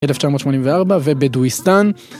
1984 ובדואיסטן